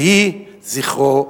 יהי זכרו ברוך.